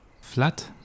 flat